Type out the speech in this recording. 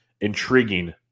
intriguing